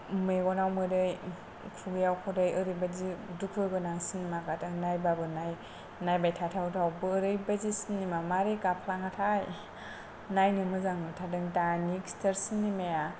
मेगनाव मोदै खुगायाव खुदै ओरैबायदि दुखु गोनां सिनेमा गादों नायबाबो नायबाय थाथावथाव ओरैबायदि सिनेमा माबोरै गाफ्लाङाथाय नायनो मोजां मोनथारदों दानि खिथेर सिनेमा या